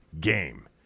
game